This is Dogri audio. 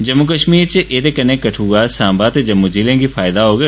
जम्मू कश्मीर च एह्दे कन्नै कठुआ सांबा ते जम्मू जिलें गी फायदा होग